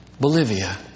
Bolivia